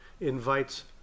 invites